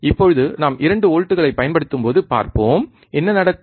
இப்போது நாம் 2 வோல்ட்களைப் பயன்படுத்தும்போது பார்ப்போம் என்ன நடக்கும்